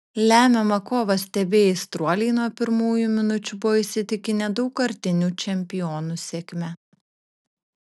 lemiamą kovą stebėję aistruoliai nuo pirmųjų minučių buvo įsitikinę daugkartinių čempionų sėkme